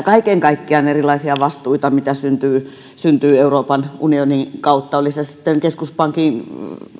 kaiken kaikkiaan erilaisia vastuita mitä syntyy syntyy euroopan unionin kautta oli se sitten keskuspankin